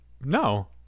No